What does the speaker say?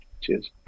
Cheers